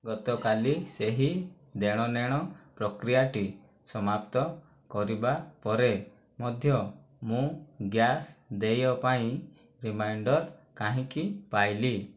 ଗତକାଲି ସେହି ଦେଣନେଣ ପ୍ରକ୍ରିୟାଟି ସମାପ୍ତ କରିବା ପରେ ମଧ୍ୟ ମୁଁ ଗ୍ୟାସ୍ ଦେୟ ପାଇଁ ରିମାଇଣ୍ଡର୍ କାହିଁକି ପାଇଲି